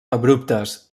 abruptes